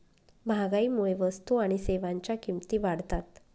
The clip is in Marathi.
महागाईमुळे वस्तू आणि सेवांच्या किमती वाढतात